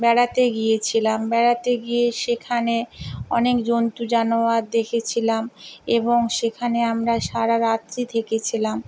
বেড়াতে গিয়েছিলাম বেড়াতে গিয়ে সেখানে অনেক জন্তু জানোয়ার দেখেছিলাম এবং সেখানে আমরা সারা রাত্রি থেকেছিলাম